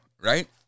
right